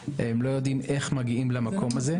איך מגיעים למקום הזה.